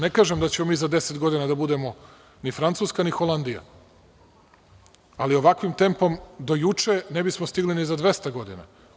Ne kažem da ćemo mi za 10 godina da budemo ni Francuska, ni Holandija, ali, ovakvim tempom, do juče, ne bismo stigli ni za 200 godina.